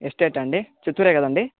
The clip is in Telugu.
ఎస్టేటా అండి చిత్తూరే కదండి